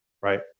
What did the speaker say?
Right